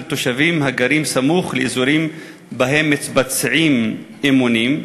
התושבים הגרים סמוך לאזורים שבהם מתבצעים אימונים?